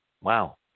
wow